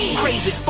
crazy